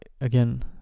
again